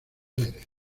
aires